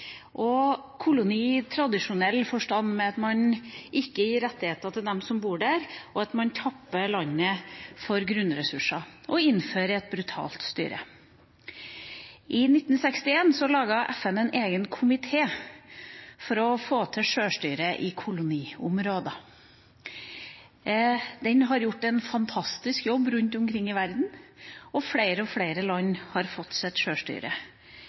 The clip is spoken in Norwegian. en koloni i tradisjonell forstand ved at man ikke gir rettigheter til dem som bor der, og ved at man tapper landet for grunnressurser og innfører et brutalt styre. I 1961 laget FN en egen komité for å få til sjølstyre i koloniområder. Den har gjort en fantastisk jobb rundt omkring i verden, og flere og flere land har fått sitt sjølstyre,